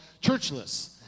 Churchless